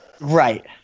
Right